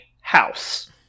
House